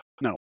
no